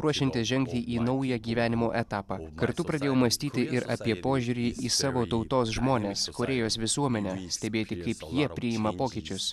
ruošiantis žengti į naują gyvenimo etapą kartu pradėjau mąstyti ir apie požiūrį į savo tautos žmones korėjos visuomenę stebėti kaip jie priima pokyčius